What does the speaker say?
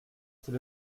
c’est